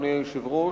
אדוני היושב-ראש,